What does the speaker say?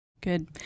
Good